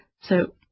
So